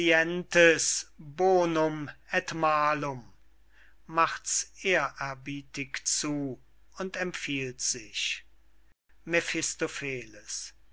macht's ehrerbietieg zu und empfiehlt sich